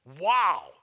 wow